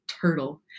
turtle